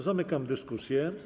Zamykam dyskusję.